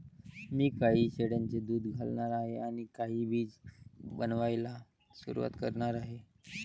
मी काही शेळ्यांचे दूध घालणार आहे आणि काही चीज बनवायला सुरुवात करणार आहे